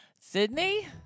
Sydney